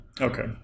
Okay